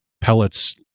pellets